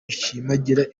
bishimangira